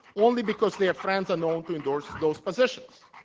only because their friends are known to endorse those positions.